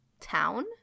town